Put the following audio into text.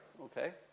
okay